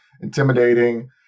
intimidating